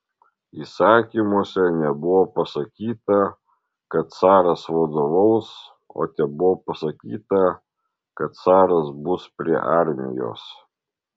įsakymuose nebuvo pasakyta kad caras vadovaus o tebuvo pasakyta kad caras bus prie armijos